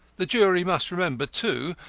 the jury must remember, too,